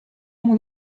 mon